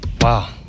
Wow